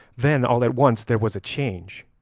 then all at once there was a change,